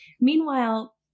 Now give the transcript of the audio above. Meanwhile